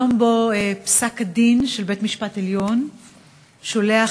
יום שבו פסק-הדין של בית-המשפט העליון שולח